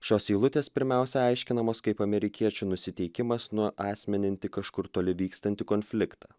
šios eilutės pirmiausia aiškinamos kaip amerikiečių nusiteikimas nuasmeninti kažkur toli vykstantį konfliktą